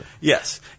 Yes